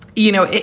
you know,